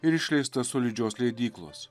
ir išleista solidžios leidyklos